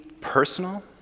personal